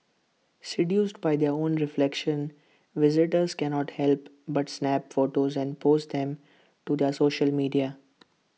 seduced by their own reflections visitors cannot help but snap photos and post them to their social media